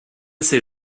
ces